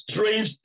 strange